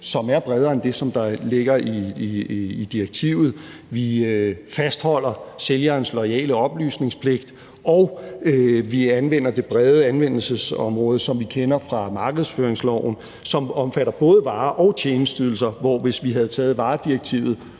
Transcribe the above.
som er bredere end det, der ligger i direktivet. Vi fastholder sælgerens loyale oplysningspligt, og vi anvender det brede anvendelsesområde, som vi kender fra markedsføringsloven, og som omfatter både varer og tjenesteydelser, hvor det, hvis vi havde taget varedirektivet,